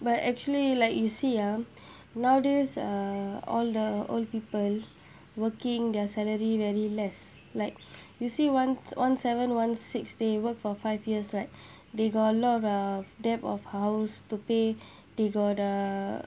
but actually like you see ah nowadays uh all the old people working their salary very less like you see one one seven one six day work for five years like they got a lot of debt of house to pay they got uh